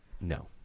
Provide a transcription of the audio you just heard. No